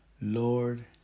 Lord